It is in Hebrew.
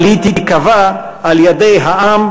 אבל היא תיקבע על-ידי העם,